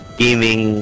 gaming